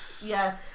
Yes